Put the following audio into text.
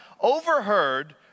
overheard